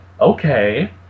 Okay